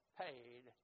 paid